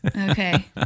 Okay